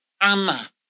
Anna